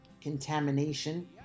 contamination